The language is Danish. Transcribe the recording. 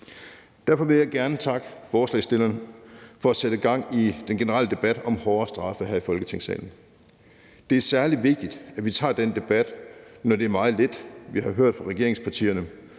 Derfor vil jeg gerne takke forslagsstillerne for at sætte gang i den generelle debat her i Folketingssalen om hårdere straffe. Det er særlig vigtigt, at vi tager den debat, når det er meget lidt, vi har hørt fra regeringspartierne,